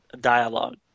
dialogue